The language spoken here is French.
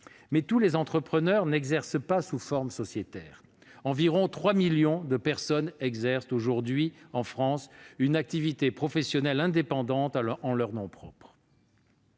tous les entrepreneurs n'exercent pas sous forme sociétaire. Environ 3 millions de personnes exercent aujourd'hui, en France, une activité professionnelle indépendante en leur nom propre.